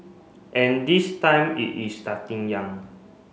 and this time it is starting young